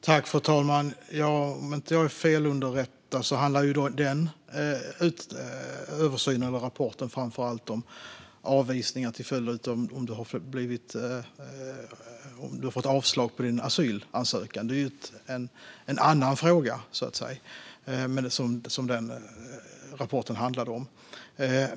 Fru talman! Om jag inte är felunderrättad handlar denna översyn och rapport framför allt om avvisningar av personer som har fått avslag på sina asylansökningar. Det är en annan fråga, så att säga, som denna rapport handlar om.